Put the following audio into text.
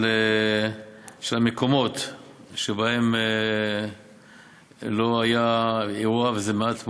של המקומות שבהם לא היה אירוע, וזה מעט מאוד,